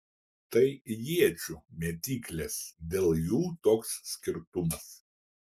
tai iečių mėtyklės dėl jų toks skirtumas